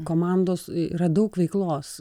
komandos yra daug veiklos